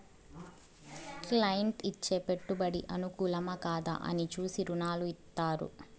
client ఇచ్చే పెట్టుబడి అనుకూలమా, కాదా అని చూసి రుణాలు ఇత్తారు